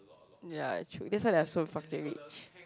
ya true that's why they are so fucking rich